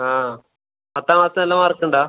ആ പത്താം ക്ലാസ് നല്ല മാർക്കുണ്ടോ